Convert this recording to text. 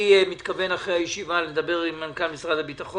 בתום הישיבה אני מתכוון לדבר עם מנכ"ל משרד הביטחון